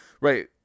right